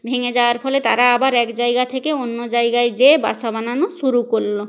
ভেঙে যাওয়ার ফলে তারা আবার এক জায়গা থেকে অন্য জায়গায় যেয়ে বাসা বানানো শুরু করল